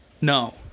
no